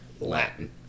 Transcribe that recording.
Latin